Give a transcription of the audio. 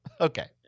Okay